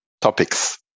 topics